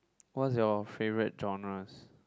what's your favourite genres